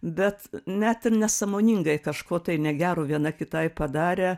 bet net ir nesąmoningai kažko tai negero viena kitai padarę